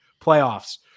playoffs